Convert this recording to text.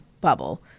bubble